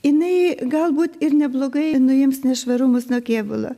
jinai galbūt ir neblogai nuims nešvarumus nuo kėbulo